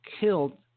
killed